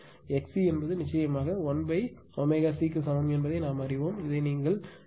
XC என்பது நிச்சயமாக 1ωC க்கு சமம் என்பதை நாம் அறிவோம் இதை நீங்கள் 307